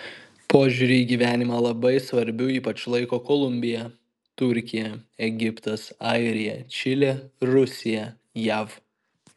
požiūrį į gyvenimą labai svarbiu ypač laiko kolumbija turkija egiptas airija čilė rusija jav